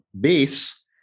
base